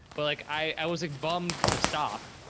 but like, i was like bummed to stop,